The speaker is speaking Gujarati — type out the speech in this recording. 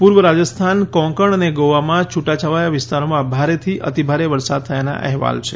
પૂર્ રાજસ્થાન કોકણ અને ગોવામાં છૂટાછવાયા વિસ્તારોમાં ભારેથી અતિભારે વરસાદ થયાના અહેવાલ છે